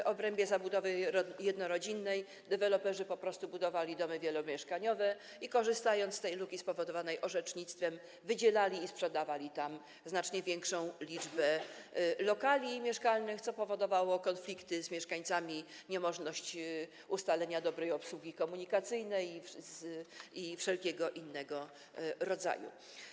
W obrębie zabudowy jednorodzinnej deweloperzy po prostu budowali domy wielomieszkaniowe i korzystając z tej luki spowodowanej orzecznictwem, wydzielali i sprzedawali tam znacznie większą liczbę lokali mieszkalnych, co powodowało konflikty z mieszkańcami, niemożność ustalenia dobrej obsługi komunikacyjnej i wszelkiego innego rodzaju.